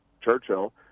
churchill